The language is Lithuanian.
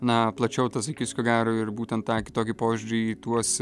na plačiau tas akis ko gero ir būtent tą kitokį požiūrį į tuos